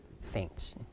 faints